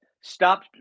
stop